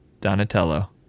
Donatello